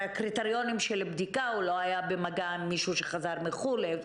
הקריטריונים של הבדיקה הם שהוא היה במגע עם מישהו שחזר מחו"ל,